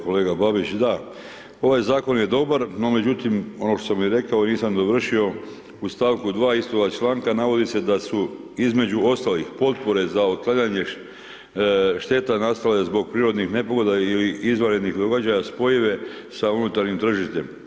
Kolega Babić, da, ovaj zakon je dobar no međutim ono i što sam rekao, nisam dovršio, u stavku 2. istog članka navodi se da su između ostalih potpore za otklanjanje šteta nastale zbog prirodnih nepogoda ili izvanrednih događaja spojive sa unutarnjim tržištem.